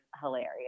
hilarious